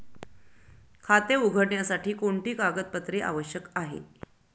खाते उघडण्यासाठी कोणती कागदपत्रे आवश्यक आहे?